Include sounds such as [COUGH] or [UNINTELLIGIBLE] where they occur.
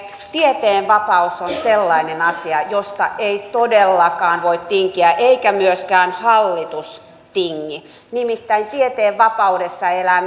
[UNINTELLIGIBLE] tieteen vapaus on sellainen asia josta ei todellakaan voi tinkiä eikä myöskään hallitus tingi nimittäin tieteen vapaudessa elää [UNINTELLIGIBLE]